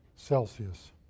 Celsius